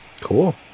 Cool